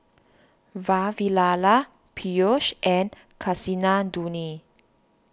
Vavilala Peyush and Kasinadhuni